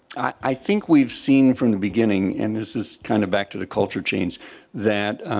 i think we've seen from the beginning and this is kind of back to the culture change that